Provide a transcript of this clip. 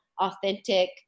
authentic